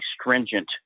stringent